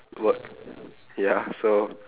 work ya so